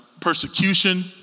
persecution